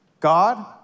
God